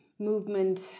movement